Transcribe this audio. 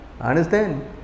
Understand